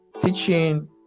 teaching